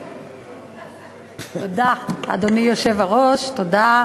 תודה, אדוני היושב-ראש, תודה,